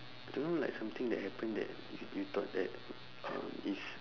don't know like something that happened that you thought that um it's